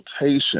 rotation